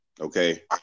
okay